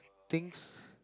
things